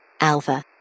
Alpha